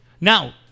Now